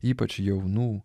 ypač jaunų